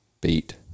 beat